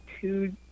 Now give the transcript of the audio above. two